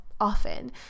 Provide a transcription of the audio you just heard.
often